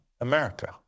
america